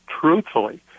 truthfully